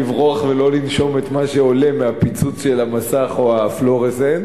לברוח ולא לנשום את מה שעולה מהפיצוץ של המסך או הפלואורסצנט.